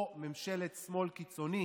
או ממשלת שמאל קיצוני,